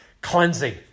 cleansing